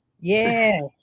Yes